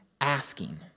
asking